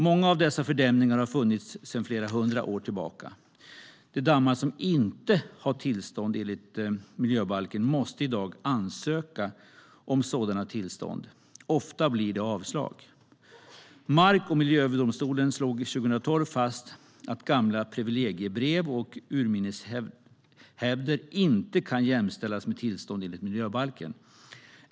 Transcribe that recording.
Många av dessa fördämningar har funnits sedan flera hundra år tillbaka. De dammar som inte har tillstånd enligt miljöbalken måste i dag ansöka om sådana tillstånd. Ofta blir det avslag. Mark och miljööverdomstolen slog 2012 fast att gamla privilegiebrev och urminneshävder inte kan jämställas med tillstånd enligt miljöbalken.